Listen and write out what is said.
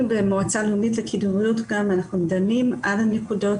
אנחנו במועצה הלאומית לקידום הבריאות דנים על הנקודות